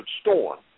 Storm